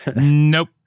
Nope